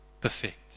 perfect